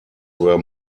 were